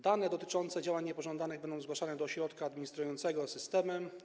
Dane dotyczące działań niepożądanych będą zgłaszane do ośrodka administrującego systemem.